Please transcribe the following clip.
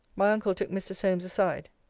my uncle took mr. solmes aside.